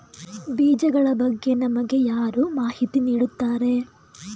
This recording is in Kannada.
ಬೀಜಗಳ ಬಗ್ಗೆ ನಮಗೆ ಯಾರು ಮಾಹಿತಿ ನೀಡುತ್ತಾರೆ?